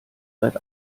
seit